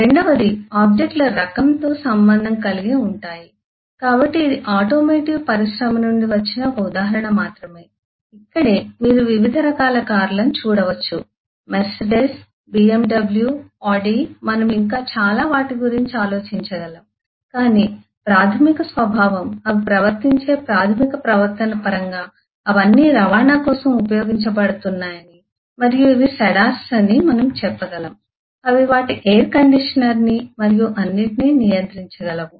రెండవది ఆబ్జెక్ట్ లు రకంతో సంబంధం కలిగి ఉంటాయి కాబట్టి ఇది ఆటోమోటివ్ పరిశ్రమ నుండి వచ్చిన ఒక ఉదాహరణ మాత్రమే ఇక్కడే మీరు వివిధ రకాల కార్లను చూడవచ్చు మెర్సిడెస్ బిఎమ్డబ్ల్యూ ఆడి మనము ఇంకా చాలా వాటి గురించి ఆలోచించగలం కాని ప్రాథమిక స్వభావం అవి ప్రవర్తించే ప్రాథమిక ప్రవర్తన పరంగా అవన్నీ రవాణా కోసం ఉపయోగించబడుతున్నాయని మరియు ఇవి సెడార్స్ అని మేము చెప్పగలం అవి వాటి ఎయిర్ కండిషనర్ని మరియు అన్నీ నియంత్రించగలవు